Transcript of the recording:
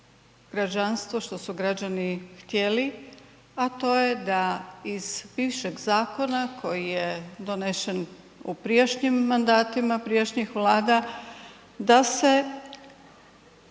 građanstvo, što su građani htjeli, a to je da iz bivšeg zakona koji je donesen u prijašnjim mandatima prijašnjih vlada da se